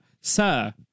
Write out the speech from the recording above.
sir